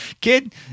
kid